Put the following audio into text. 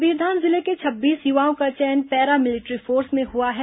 कबीरधाम जिले के छब्बीस युवाओं का चयन पैरा मिलिट्री फोर्स में हुआ है